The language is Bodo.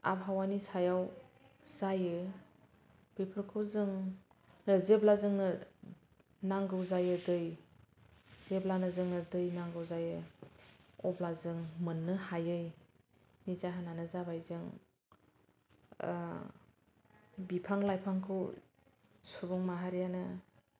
आबहावानि सायाव जायो बेफोरखौ जों जेब्ला जोङो नांगौ जायो दै जेब्लानो जोङो दै नांगौ जायो अब्ला जों मोननो हायैनि जाहोनानो जाबाय जों बिफां लाइफांखौ सुबुं माहारियानो